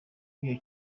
b’iyo